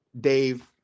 Dave